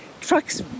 trucks